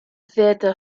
theta